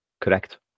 Correct